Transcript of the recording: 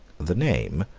the name,